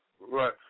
right